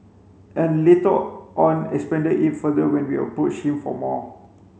and later on expanded it further when we approached him for more